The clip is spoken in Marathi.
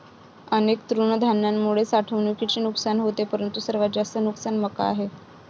अनेक तृणधान्यांमुळे साठवणुकीचे नुकसान होते परंतु सर्वात जास्त नुकसान मका आहे